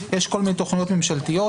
יש כל מיני תוכניות ממשלתיות